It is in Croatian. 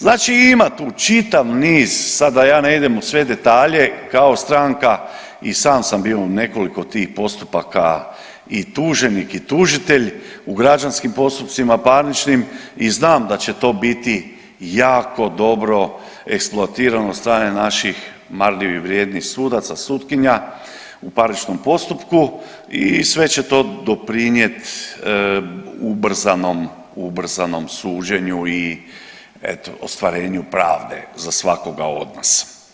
Znači ima tu čitav niz, sad da ja ne idem u sve detalje, kao stranka i sam sam bio u nekoliko tih postupaka i tuženik i tužitelj u građanskim postupcima, parničnim i znam da će to biti jako dobro eksploatirano od strane naših marljivih i vrijednih sudaca i sutkinja u parničnom postupku i sve će to doprinjet ubrzanom, ubrzanom suđenju i eto ostvarenju pravde za svakoga od nas.